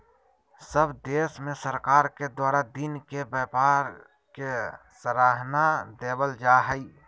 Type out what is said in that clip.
सब देश में सरकार के द्वारा दिन के व्यापार के सराहना देवल जा हइ